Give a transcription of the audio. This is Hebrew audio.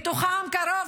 מהם קרוב